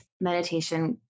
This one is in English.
Meditation